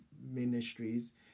ministries